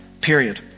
Period